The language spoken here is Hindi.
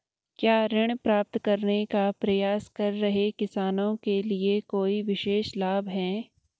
क्या ऋण प्राप्त करने का प्रयास कर रहे किसानों के लिए कोई विशेष लाभ हैं?